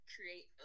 Create